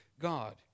God